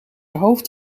hoofd